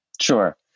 Sure